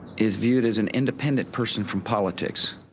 is viewed as an idependent person from politics,